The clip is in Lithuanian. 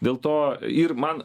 dėl to ir man